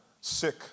sick